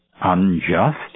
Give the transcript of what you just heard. unjust